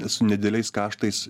su nedideliais kaštais